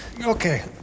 Okay